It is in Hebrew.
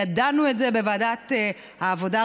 ידענו את זה בוועדת העבודה,